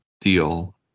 deal